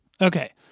Okay